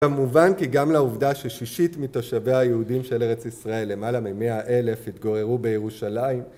כמובן כי גם לעובדה ששישית מתושביה היהודים של ארץ ישראל, למעלה ממאה אלף, התגוררו בירושלים